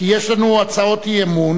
כי יש לנו הצעות אי-אמון,